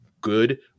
good